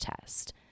test